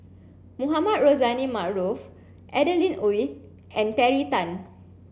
Mohamed Rozani Maarof Adeline Ooi and Terry Tan